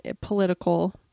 political